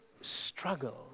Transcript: struggle